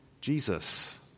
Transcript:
Jesus